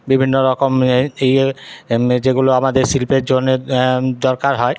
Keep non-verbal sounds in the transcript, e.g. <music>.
বিভিন্ন রকম <unintelligible> ইয়ে যেগুলো আমাদের শিল্পের জন্যে দরকার হয়